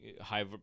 high